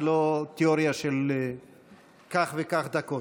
ולא תיאוריה של כך וכך דקות.